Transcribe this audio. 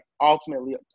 ultimately